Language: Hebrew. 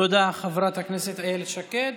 תודה, חברת הכנסת איילת שקד.